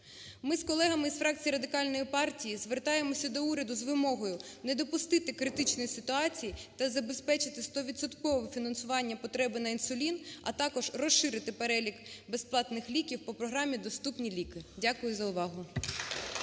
Ми з колегами із фракції Радикальної партії звертаємося до уряду з вимогою не допустити критичної ситуації та забезпечити стовідсоткове фінансування потреби на інсулін, а також розширити перелік безплатних ліків по програмі "Доступні ліки". Дякую за увагу.